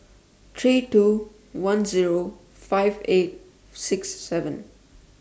three two one Zero five eight six seven